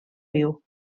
viu